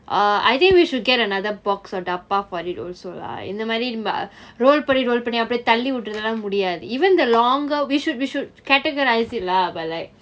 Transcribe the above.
uh I think we should get another box or dabba :dabba for it also lah இந்த மாறி :intha maari roll பண்ணி :panni roll பண்ணி அப்பிடி தள்ளி விடறதுலம் முடியாது :panni apidi thalli vidarathulam mudiyathu even the longer we should we should categorise it lah but like